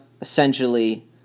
essentially